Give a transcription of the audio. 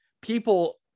people